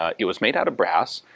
ah it was made out of brass,